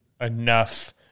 enough –